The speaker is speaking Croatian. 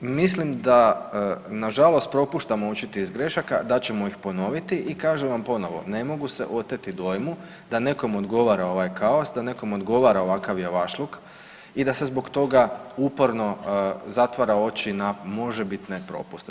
Mislim da nažalost propuštamo učiti iz grešaka, da ćemo ih ponoviti i kažem vam ponovo, ne mogu se oteti dojmu da nekom odgovara ovaj kaos, da nekom odgovara ovakav javašluk i da se zbog toga uporno zatvara oči na možebitne propuste.